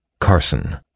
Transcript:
Carson